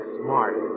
smart